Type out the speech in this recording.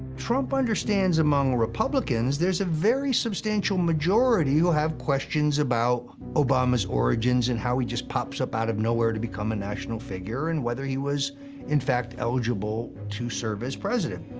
trump understands among republicans there's a very substantial majority who have questions about obama's origins and how he just pops up out of nowhere to become a national figure, and whether he was in fact eligible to serve as president.